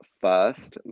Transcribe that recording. first